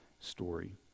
story